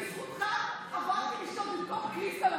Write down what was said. אתה מבין?